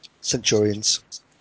centurions